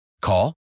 Call